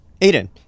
Aiden